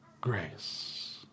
grace